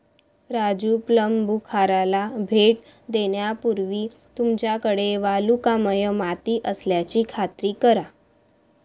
राजू प्लंबूखाराला भेट देण्यापूर्वी तुमच्याकडे वालुकामय माती असल्याची खात्री करा